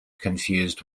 confused